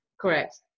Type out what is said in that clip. Correct